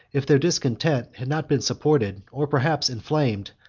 if their discontent had not been supported, or perhaps inflamed,